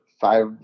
five